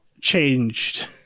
changed